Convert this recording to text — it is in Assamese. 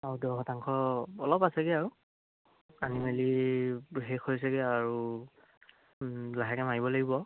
আৰু দহ শতাংশ অলপ আছেগৈ আৰু আনি মেলি শেষ হৈছেগৈ আৰু লাহেকৈ মাৰিব লাগিব